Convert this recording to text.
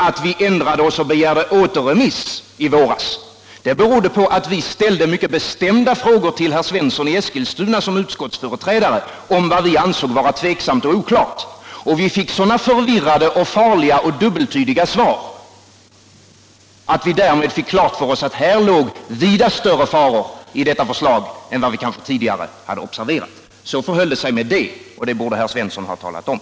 Att vi ändrade oss och begärde återremiss i våras berodde på att vi ställde mycket bestämda frågor till herr Svensson i Eskilstuna såsom utskottets företrädare om vad vi ansåg vara tveksamt och oklart men fick sådana förvirrade, farliga och dubbeltydiga svar att vi därmed fick klart för oss att det låg vida större faror i detta förslag än vad vi kanske tidigare hade observerat. Så förhöll det sig med det, och det borde herr Svensson ha talat om.